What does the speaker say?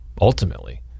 ultimately